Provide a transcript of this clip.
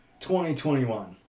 2021